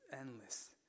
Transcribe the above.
endless